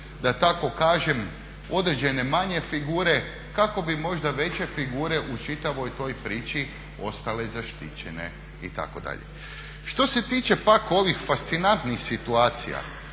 da tako kažem, određene manje figure kako bi možda veće figure u čitavoj toj priči ostale zaštićene itd. Što se tiče pak ovih fascinantnih situacija